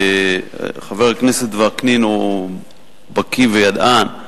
חבר הכנסת וקנין הוא בקי וידען,